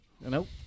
Nope